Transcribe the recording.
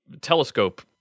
telescope